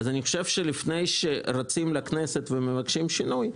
אני חושב שלפני שרצים לכנסת ומבקשים שינוי,